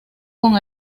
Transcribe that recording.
con